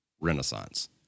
renaissance